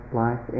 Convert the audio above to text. life